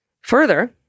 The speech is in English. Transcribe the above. Further